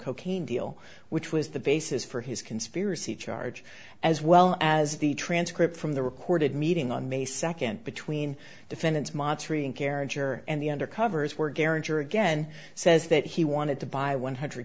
cocaine deal which was the basis for his conspiracy charge as well as the transcript from the recorded meeting on may second between defendants masry in character and the undercovers were geringer again says that he wanted to buy one hundred